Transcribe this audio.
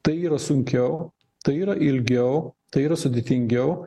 tai yra sunkiau tai yra ilgiau tai yra sudėtingiau